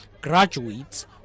graduates